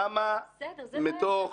כמה מתוך